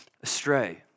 astray